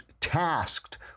tasked